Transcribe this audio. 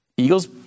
Eagles